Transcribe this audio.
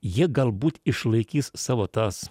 jie galbūt išlaikys savo tas